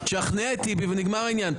תשכנע את טיבי ונגמר העניין.